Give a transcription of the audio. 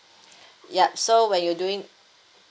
yup so when you doing